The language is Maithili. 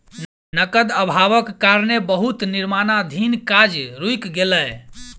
नकद अभावक कारणें बहुत निर्माणाधीन काज रुइक गेलै